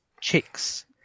chicks